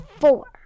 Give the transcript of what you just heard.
four